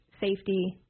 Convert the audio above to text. Safety